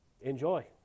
enjoy